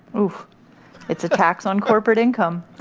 oof it's a tax on corporate income